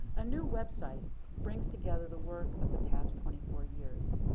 a new website brings together the work of the past twenty four years,